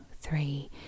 three